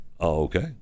okay